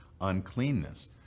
uncleanness